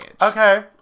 Okay